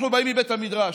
אנחנו באים מבית המדרש.